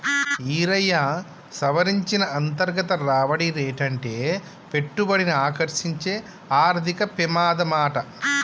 ఈరయ్యా, సవరించిన అంతర్గత రాబడి రేటంటే పెట్టుబడిని ఆకర్సించే ఆర్థిక పెమాదమాట